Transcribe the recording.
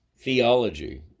theology